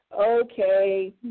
Okay